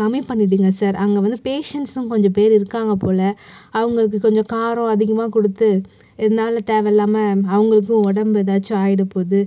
கம்மி பண்ணிவிடுங்க சார் அங்கே வந்து பேஷண்ட்ஸும் கொஞ்சம் பேர் இருக்காங்க போல அவங்களுக்கு கொஞ்சம் காரம் அதிகமாக கொடுத்து இதனால தேவைஇல்லாமல் அவங்களுக்கும் உடம்பு எதாச்சும் ஆகிட போகுது